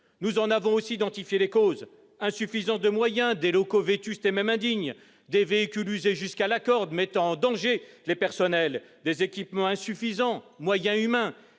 Nous en avons aussi identifié les causes : insuffisance de moyens, locaux vétustes et même indignes, véhicules usés jusqu'à la corde, mettant en danger les personnels, équipements insuffisants. En termes